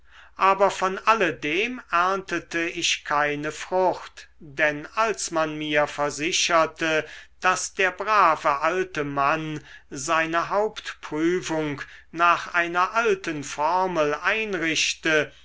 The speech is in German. aber von alledem erntete ich keine frucht denn als man mir versicherte daß der brave alte mann seine hauptprüfung nach einer alten formel einrichte